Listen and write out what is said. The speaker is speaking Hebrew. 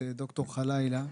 את ד"ר חלאילה.